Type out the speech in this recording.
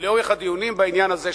לאורך הדיונים בעניין הזה,